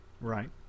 Right